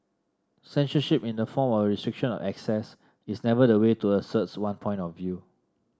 censorship in the form of a restriction of access is never the way to asserts one point of view